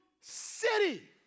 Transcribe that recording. city